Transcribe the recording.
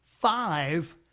five